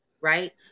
right